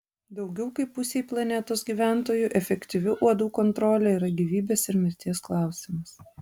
daugiau kaip pusei planetos gyventojų efektyvi uodų kontrolė yra gyvybės ir mirties klausimas